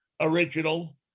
original